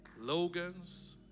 Logan's